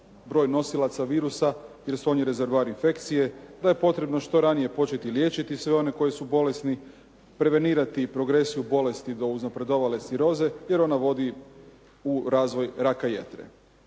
broj nosilaca virusa i da su oni rezervoari infekcije, da je potrebno što ranije početi liječiti sve one koji su bolesni, prevenirati i progresiju bolesti do uznapredovale ciroze jer ona vodi u razvoj raka jetre.